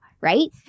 Right